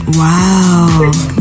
wow